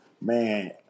man